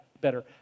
better